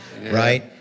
right